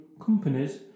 companies